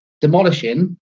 demolishing